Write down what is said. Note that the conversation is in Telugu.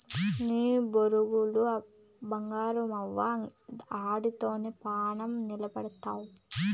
నీ బొరుగులు బంగారమవ్వు, ఆటితోనే పానం నిలపతండావ్